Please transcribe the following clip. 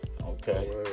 Okay